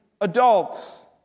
adults